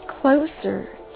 closer